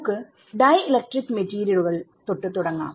നമുക്ക് ഡൈഇലക്ട്രിക് മെറ്റീരിയലുകൾതൊട്ട് തുടങ്ങാം